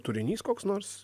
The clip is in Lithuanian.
turinys koks nors